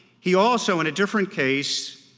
he also, in a different case,